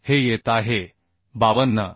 तर हे येत आहे 52